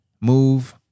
move